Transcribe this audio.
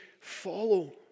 follow